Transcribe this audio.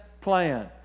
plan